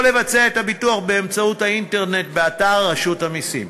או לבצע את הביטוח באמצעות האינטרנט באתר רשות המסים,